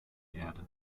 erde